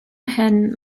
hyn